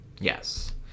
Yes